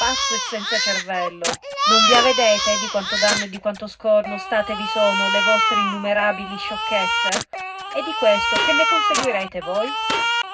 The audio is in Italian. pazzo e senza cervello non vi avedete di quanto danno e di quanto scorno statevi sono le vostre innumerabili sciocchezze e di questo che ne conseguirete voi